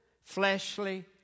fleshly